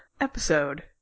episode